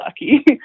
lucky